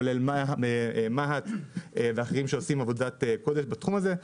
כולל מה"ט ואחרים שעושים עבודת קודש בתחום הזה.